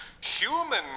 human